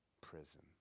prison